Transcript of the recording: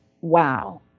wow